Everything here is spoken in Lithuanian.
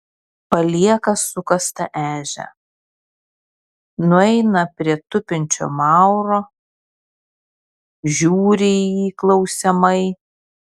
palieka sukastą ežią nueina prie tupinčio mauro žiūri į jį klausiamai